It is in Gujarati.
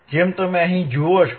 જેમ તમે અહીં જુઓ છો